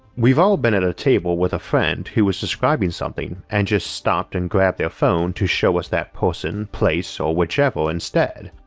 we've all been at a table with a friend who was describing something and just stopped and grabbed their phone to show us that person, place, or whichever whichever instead,